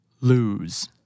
Lose